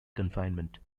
confinement